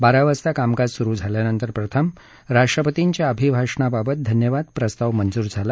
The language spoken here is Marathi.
बारा वाजता कामकाज सुरू झाल्यानंतर प्रथम राष्ट्रपतींच्या अभिभाषणाबाबत धन्यवाद प्रस्ताव मंजूर झाला